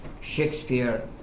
Shakespeare